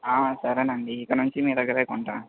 సరేనండీ ఇక నుంచీ మీ దగ్గరే కొంటాను